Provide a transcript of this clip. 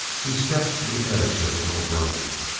he stepped to the edge of the little grove.